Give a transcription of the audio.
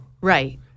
Right